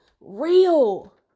real